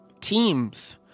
teams